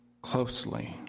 closely